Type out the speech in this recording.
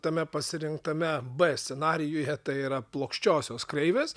tame pasirinktame b scenarijuje tai yra plokščiosios kreivės